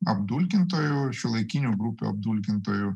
apdulkintojų šiuolaikinių grupių apdulkintojų